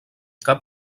cap